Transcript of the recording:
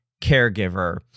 caregiver